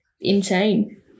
insane